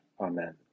amen